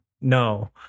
No